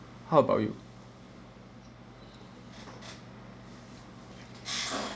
how about you